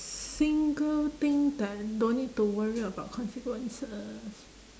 single thing that I don't need to worry about consequences